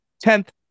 tenth